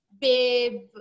babe